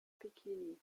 bikini